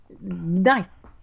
nice